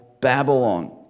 Babylon